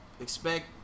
expect